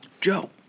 Joe